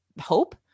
hope